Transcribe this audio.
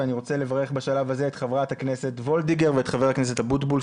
ואני רוצה לברך בשלב זה את חברת הכנסת וולדיגר ואת חבר הכנסת אבוטבול,